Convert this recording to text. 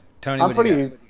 Tony